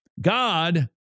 God